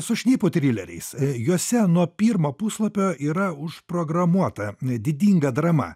su šnipų trileriais juose nuo pirmo puslapio yra užprogramuota didinga drama